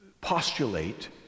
postulate